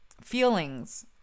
feelings